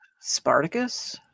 Spartacus